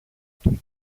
του